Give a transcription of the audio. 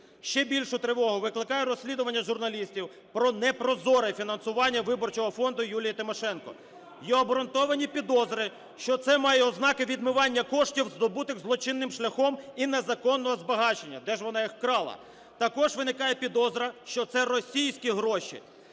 Ще більшу тривогу викликає розслідування журналістів про непрозоре фінансування виборчого фонду Юлії Тимошенко. Є обґрунтовані підозри, що це має ознаки відмивання коштів, здобутих злочинним шляхом і незаконного збагачення. Де ж вона їх вкрала? Також виникає підозра, що це російські гроші.